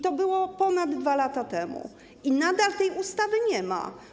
To było ponad 2 lata temu i nadal tej ustawy nie ma.